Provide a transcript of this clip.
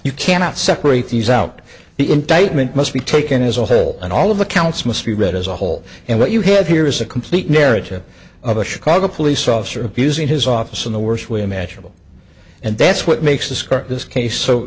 you cannot separate these out the indictment must be taken as a whole and all of the counts must be read as a whole and what you have here is a complete narrative of a chicago police officer abusing his office in the worst way imaginable and that's what makes this court this case so